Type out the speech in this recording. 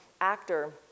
actor